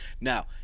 Now